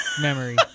memory